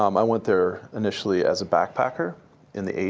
um i went there initially as a backpacker in the eighty